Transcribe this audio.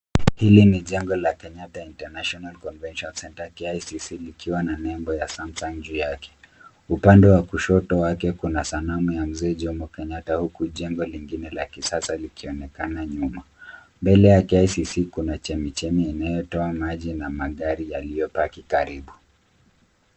Hili ni jengo la Kenyatta International Convention Centre, KICC likiwa na nembo ya Samsung juu yake. Upande wa kushoto wake kuna sanamu ya mzee Jomo Kenyatta huku jengo lingine la kisasa likionekana nyuma. Mbele ya KICC kuna chemichemi inayotoa maji na magari yaliyopaki karibu.